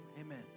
Amen